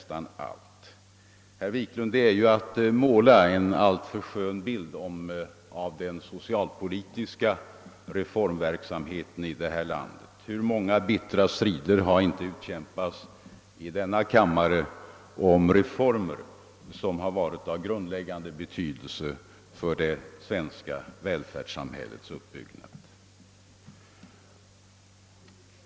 Men, herr Wiklund, detta är dock att måla en alltför skön bild av den socialpolitiska reformverksamheten i vårt land. Hur många bittra strider har inte utkämpats i denna kammare om reformer som varit av grundläggande betydelse för det svenska välfärdssamhällets uppbyggnad!